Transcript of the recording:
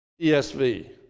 ESV